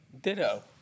Ditto